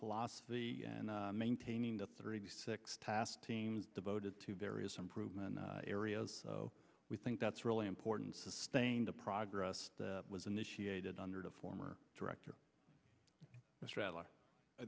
philosophy and maintaining the thirty six task team devoted to various improvement areas we think that's really important sustained the progress was initiated under the former director